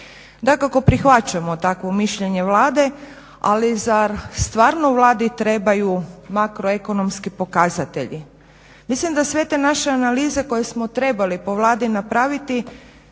Dakako prihvaćamo takvo mišljenje Vlade, ali zar stvarno Vladi trebaju makroekonomski pokazatelji? Mislim da sve te naše analize koje smo trebali po Vladi napraviti